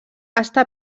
està